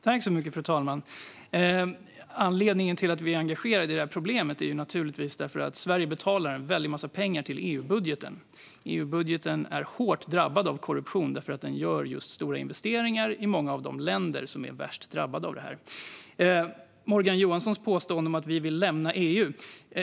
Fru ålderspresident! Anledningen till att vi är engagerade i det här problemet är naturligtvis att Sverige betalar en väldig massa pengar till EU-budgeten. EU-budgeten är hårt drabbad av korruption eftersom den gör stora investeringar i många av de länder som är värst drabbade av detta. Morgan Johansson påstår att vi vill lämna EU.